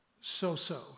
So-so